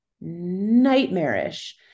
nightmarish